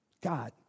God